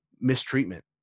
mistreatment